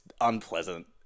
unpleasant